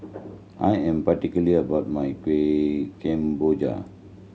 I am particular about my Kueh Kemboja